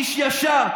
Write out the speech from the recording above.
איש ישר.